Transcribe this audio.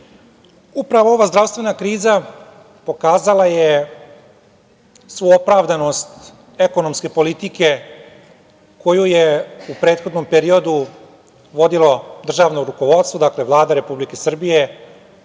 ova zdravstvena kriza pokazala je svu opravdanost ekonomske politike koju je u prethodnom periodu vodilo državno rukovodstvo, dakle Vlada Republike Srbije,